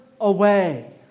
away